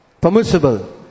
Permissible